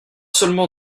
seulement